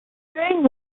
during